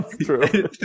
true